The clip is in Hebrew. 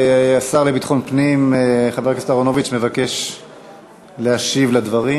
השר לביטחון הפנים חבר הכנסת אהרונוביץ מבקש להשיב על הדברים.